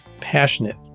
passionate